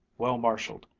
well marshaled,